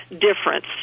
difference